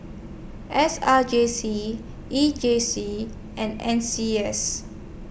S R J C E J C and N C S